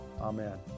Amen